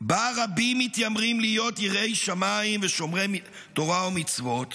שבה רבים מתיימרים להיות יראי שמים ושומרי תורה ומצוות